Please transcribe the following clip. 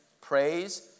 praise